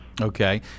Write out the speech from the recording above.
Okay